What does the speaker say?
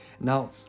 Now